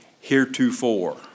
heretofore